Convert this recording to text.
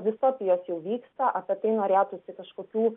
distopijos jau vyksta apie tai norėtųsi kažkokių